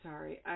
Sorry